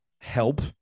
help